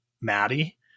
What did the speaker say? Maddie